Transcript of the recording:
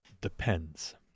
Depends